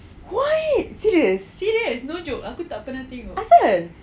why serious asal